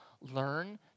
Learn